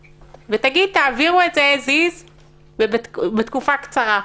ותגיד: תעבירו את זה as is ובתקופה קצרה.